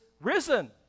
risen